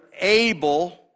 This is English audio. able